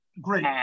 great